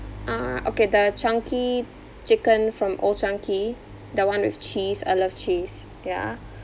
uh okay the chunky chicken from Old Chang Kee the one with cheese I love cheese ya